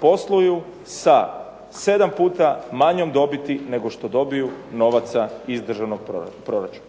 posluju sa 7 puta manjom dobiti nego što dobiju novaca iz državnog proračuna.